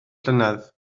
llynedd